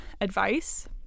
Advice